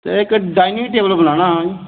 ते इक dining table बनाना हा